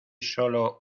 sólo